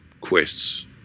quests